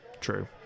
True